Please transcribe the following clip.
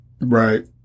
Right